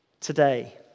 today